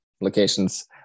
locations